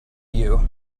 you